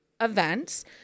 events